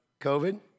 COVID